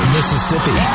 Mississippi